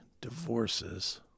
divorces